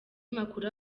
makuru